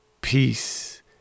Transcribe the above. peace